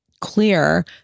clear